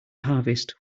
harvest